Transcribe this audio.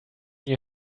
you